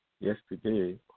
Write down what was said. Yesterday